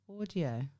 audio